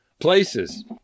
Places